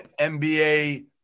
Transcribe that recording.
NBA